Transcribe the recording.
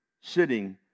sitting